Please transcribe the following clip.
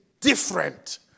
different